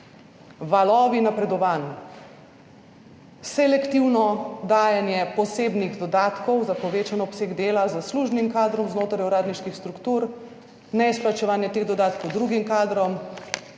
Valovi napredovanj, selektivno dajanje posebnih dodatkov za povečan obseg dela zaslužnim kadrom znotraj uradniških struktur, neizplačevanje teh dodatkov drugim kadrom